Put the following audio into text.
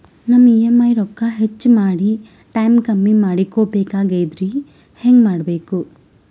ನಮ್ಮ ಇ.ಎಂ.ಐ ರೊಕ್ಕ ಹೆಚ್ಚ ಮಾಡಿ ಟೈಮ್ ಕಮ್ಮಿ ಮಾಡಿಕೊ ಬೆಕಾಗ್ಯದ್ರಿ ಹೆಂಗ ಮಾಡಬೇಕು?